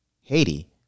Haiti